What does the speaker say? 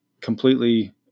completely